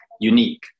unique